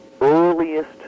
earliest